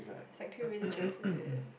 it's like two villages is it